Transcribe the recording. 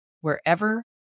wherever